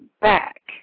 back